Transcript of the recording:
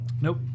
Nope